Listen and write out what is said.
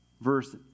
verse